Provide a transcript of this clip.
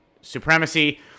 supremacy